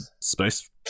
space